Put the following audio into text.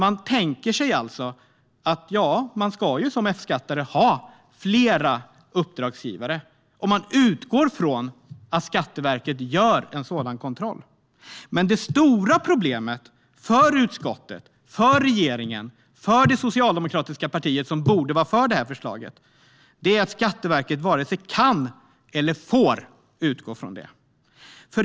Man tänker sig alltså att F-skattare ska ha flera uppdragsgivare, och man utgår från att Skatteverket gör en sådan kontroll. Det stora problemet för utskottet, för regeringen, för det socialdemokratiska partiet som borde vara för det här förslaget, är att Skatteverket varken kan eller får utgå från detta.